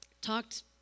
talked